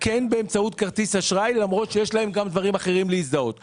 באמצעות כרטיס אשראי למרות שיש לה גם דברים אחרים להזדהות באמצעותם.